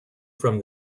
from